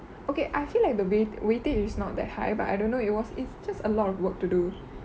okay I feel like the weight weightage is not that high but I don't know it was it's just a lot of work to do